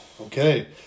Okay